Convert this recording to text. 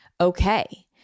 okay